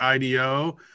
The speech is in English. IDO